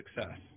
success